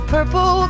Purple